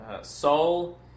Soul